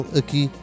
aqui